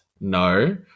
No